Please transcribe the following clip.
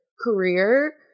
career